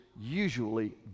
usually